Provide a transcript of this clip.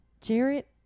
Jarrett